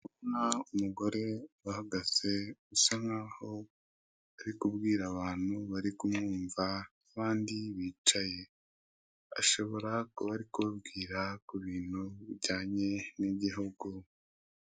Ndabona umugore uhagaze usa naho ari kubwira abantu bari kumwumva abandi bicaye, ashobora kuba ari kubabwira ku bintu bijyanye n'igihugu.